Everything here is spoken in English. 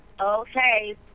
Okay